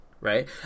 right